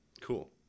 Cool